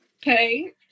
Okay